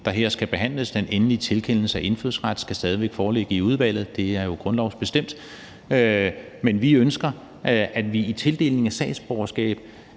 der her skal behandles. Den endelige tilkendelse af indfødsret skal stadig væk ligge i udvalget. Det er jo grundlovsbestemt, men vi ønsker, at vi i tildelingen af statsborgerskab